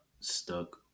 stuck